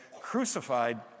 crucified